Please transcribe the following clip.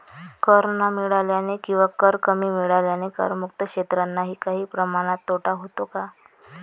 कर न मिळाल्याने किंवा कर कमी मिळाल्याने करमुक्त क्षेत्रांनाही काही प्रमाणात तोटा होतो का?